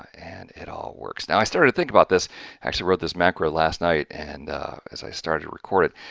and it all works. now, i started to think about this actually wrote this macro last night and as i started to record it.